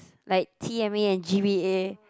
like T_M_A and G_B_A